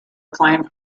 acclaim